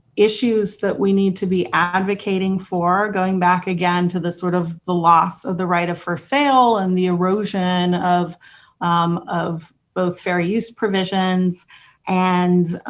issues that we need to be advocating for, going back again to the sort of, the loss of the right of first sale and the erosion of of both fair use provisions and